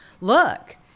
look